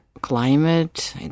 climate